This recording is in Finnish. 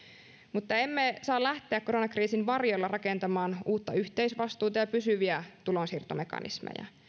mutta emme saa lähteä koronakriisin varjolla rakentamaan uutta yhteisvastuuta ja pysyviä tulonsiirtomekanismeja